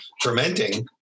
fermenting